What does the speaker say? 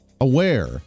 aware